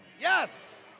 Yes